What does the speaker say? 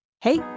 Hey